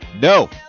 No